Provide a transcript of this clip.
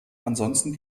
ansonsten